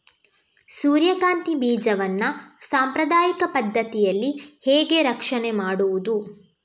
ಸೂರ್ಯಕಾಂತಿ ಬೀಜವನ್ನ ಸಾಂಪ್ರದಾಯಿಕ ಪದ್ಧತಿಯಲ್ಲಿ ಹೇಗೆ ರಕ್ಷಣೆ ಮಾಡುವುದು